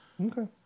Okay